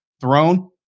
throne